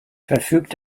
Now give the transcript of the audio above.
verfügt